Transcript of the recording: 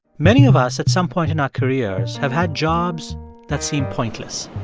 many of us, at some point in our careers, have had jobs that seem pointless.